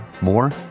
More